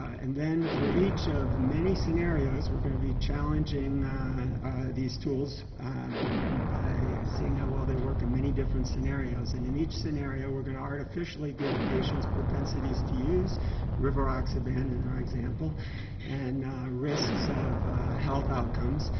and then for each of many scenarios were gonna be challenging these tools by seeing how well they work in many different scenarios and in each scenario we're going to artificially give patients propensities to use rivaroxaban rivaroxaban and our example and risks of health outcomes.